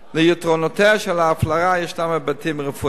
ליתרונותיה של ההפלרה יש היבטים רפואיים,